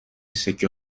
سکه